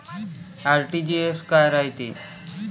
RTGS काय रायते?